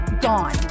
gone